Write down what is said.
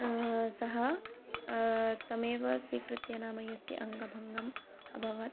सः तमेव स्वीकृत्य नाम यस्य अङ्गभङ्गम् अभवत्